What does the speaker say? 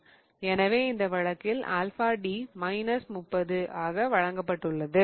எனவே இந்த வழக்கில் ஆல்பா D மைனஸ் 30 ஆக வழங்கப்பட்டுள்ளது